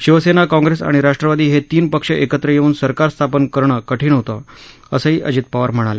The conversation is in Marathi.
शिवसेना काँग्रेस आणि राष्ट्रवादी हे तीन पक्ष एकत्र येऊन सरकार स्थापन करणं कठीण होतं असंही अजित पवार म्हणाले